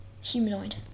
Humanoid